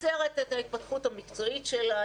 עוצרת את ההתפתחות המקצועית שלה,